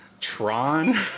Tron